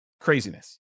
Craziness